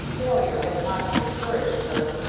failure had not discouraged her,